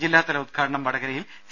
ജില്ലാതല ഉദ്ഘാടനം വടകരയിൽ സി